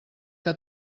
que